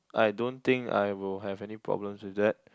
I don't think I will have any problems with that